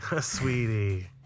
Sweetie